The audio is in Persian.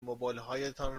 موبایلهایتان